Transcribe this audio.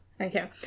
Okay